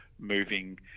moving